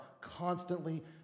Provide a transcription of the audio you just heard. constantly